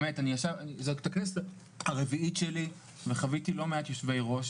זאת הכנסת הרביעית שלי וחוויתי לא מעט יושבי-ראש,